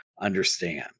understand